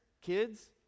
kids